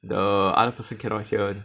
the other person cannot hear